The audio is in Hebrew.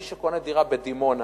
מי שקונה דירה בדימונה,